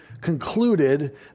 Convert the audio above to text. concluded